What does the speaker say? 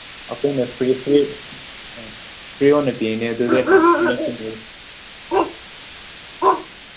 ꯑꯩꯈꯣꯏꯅ ꯐꯤ ꯐꯨꯔꯤꯠ ꯐꯤꯔꯣꯟꯅ ꯄꯤꯒꯅꯤ ꯑꯗꯨꯗꯤ